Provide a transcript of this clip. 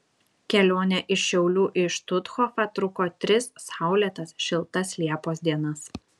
kelionė iš šiaulių į štuthofą truko tris saulėtas šiltas liepos dienas